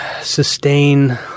sustain